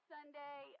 Sunday